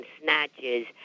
snatches